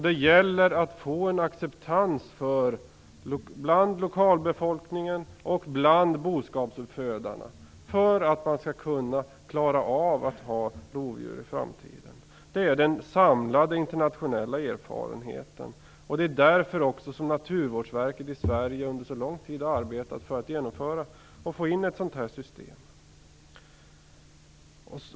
Det gäller att få en acceptans bland lokalbefolkning och boskapsuppfödare för att man skall klara av att ha rovdjur i framtiden. Det är den samlade internationella erfarenheten. Det är också därför som Naturvårdsverket i Sverige under så lång tid har arbetat för att genomföra ett sådant här system.